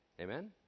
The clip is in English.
Amen